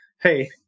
Hey